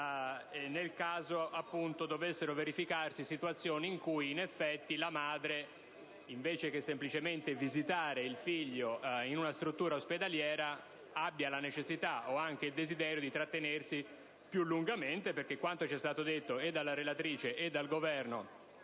appunto, dovessero verificarsi situazioni in cui la madre, invece che semplicemente visitare il figlio in una struttura ospedaliera, abbia la necessità o anche il desiderio di trattenersi più lungamente. Infatti, per quanto ci è stato detto dalla relatrice e dal